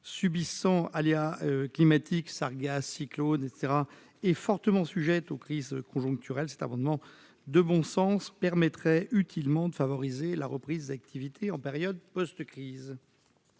subissant aléas climatiques- sargasses, cyclones, etc. -, et fortement sujettes aux crises conjoncturelles, l'adoption de cet amendement de bon sens permettrait de favoriser utilement la reprise d'activité en période post-crise.